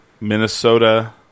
Minnesota